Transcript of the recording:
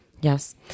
Yes